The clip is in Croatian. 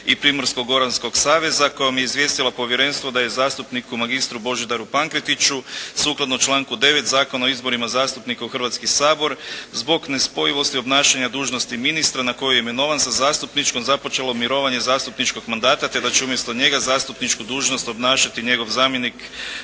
i Primorsko-goranskog saveza kojom je izvijestila povjerenstvo da je zastupniku magistru Božidaru Pankretiću sukladno članku 9. Zakona o izborima zastupnika u Hrvatski sabor zbog nespojivosti obnašanja dužnosti ministra na koje je imenovan sa zastupničkom započelo mirovanje zastupničkog mandata te da će umjesto njega zastupničku dužnost obnašati njegov zamjenik